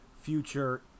future